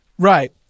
Right